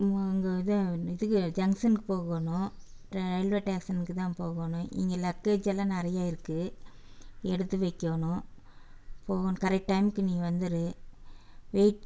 இங்கே இதான் இதுக்கு ஜங்க்ஷனுக்கு போகணும் ரயில்வே ஸ்டேஷனுக்கு தான் போகணும் இங்கே லக்கேஜ் எல்லாம் நிறைய இருக்கு எடுத்து வைக்கணும் போகணும் கரெக்ட் டைமுக்கு நீ வந்துடு வெயிட்